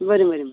വരും വരും